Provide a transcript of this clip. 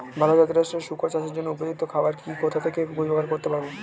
ভালো জাতিরাষ্ট্রের শুকর চাষের জন্য উপযুক্ত খাবার কি ও কোথা থেকে জোগাড় করতে পারব?